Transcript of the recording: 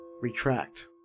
retract